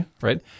right